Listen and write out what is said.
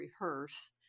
rehearse